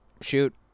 Shoot